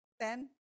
ten